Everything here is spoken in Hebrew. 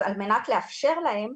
אז על מנת לאפשר להם,